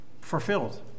fulfilled